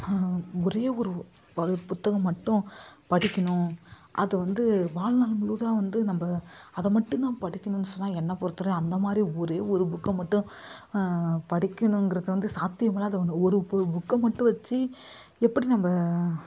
ஒரே ஒரு வகு புத்தகம் மட்டும் படிக்கணும் அது வந்து வாழ்நாள் முழுவதும் வந்து நம்ம அதை மட்டுந்தான் படிக்கணும்னு சொன்னால் என்னை பொறுத்தவரையும் அந்தமாதிரி ஒரே ஒரு புக்கை மட்டும் படிக்கணுங்குறது வந்து சாத்தியம் இல்லாத ஒன்று ஒரு பு புக்கை மட்டும் வச்சு எப்படி நம்ம